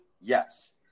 yes